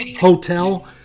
hotel